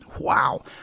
Wow